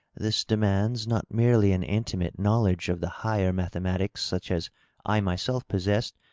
this demands not merely an intimate knowledge of the higher mathematics, such as i myself possessed,